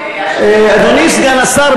אדוני סגן השר,